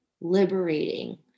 liberating